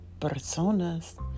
personas